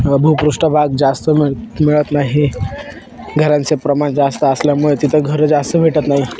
भूपृष्ट भाग जास्त मिळ मिळत नाही घरांचे प्रमाण जास्त असल्यामुळे तिथं घरं जास्त भेटत नाही